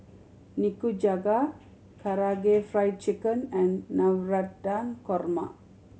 Nikujaga Karaage Fried Chicken and Navratan Korma